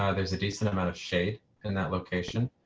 ah there's a decent amount of shape and that location.